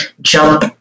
jump